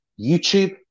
YouTube